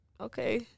okay